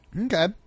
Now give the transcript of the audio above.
Okay